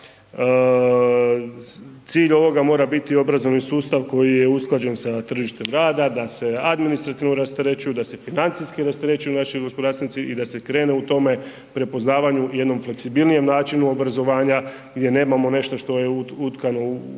cilj ovoga mora biti obrazovni sustav koji je usklađen sa tržištem rada da se administrativno rasterećuju, da se financijski rasterećuju naši gospodarstvenici i da se krene u tome prepoznavanju i jednom fleksibilnijem načinu obrazovanja gdje nemamo nešto što je utkano,